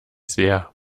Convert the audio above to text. sehr